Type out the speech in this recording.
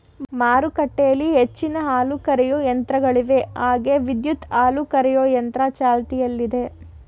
ಮಾರುಕಟ್ಟೆಲಿ ಹೆಚ್ಚಿನ ಹಾಲುಕರೆಯೋ ಯಂತ್ರಗಳಿವೆ ಹಾಗೆ ವಿದ್ಯುತ್ ಹಾಲುಕರೆಯೊ ಯಂತ್ರ ಚಾಲ್ತಿಯಲ್ಲಯ್ತೆ